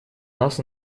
нас